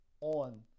on